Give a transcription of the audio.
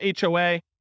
HOA